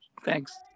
thanks